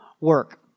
work